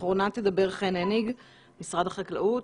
אחרונה תדבר חן הניג ממשרד החקלאות.